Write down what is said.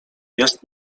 jest